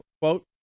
Quote